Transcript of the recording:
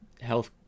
health